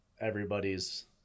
everybody's